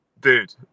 Dude